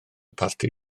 parti